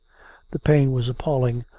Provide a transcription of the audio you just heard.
the pain was appalling,